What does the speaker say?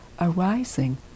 arising